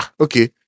okay